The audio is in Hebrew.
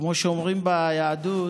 כמו שאומרים ביהדות,